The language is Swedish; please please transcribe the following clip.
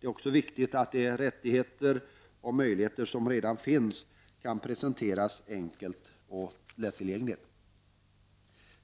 Det är också viktigt att de rättigheter och möjligheter som redan finns kan presenteras enkelt och lättillgängligt.